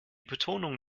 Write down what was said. betonung